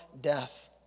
death